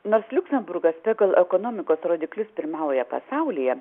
nors liuksemburgas pagal ekonomikos rodiklius pirmauja pasaulyje